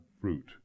fruit